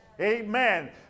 Amen